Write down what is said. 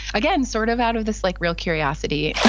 again, sort of out of this like real curiosity,